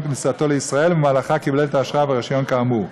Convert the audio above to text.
כניסתו לישראל ובמהלכם קיבל את האשרה והרישיון כאמור,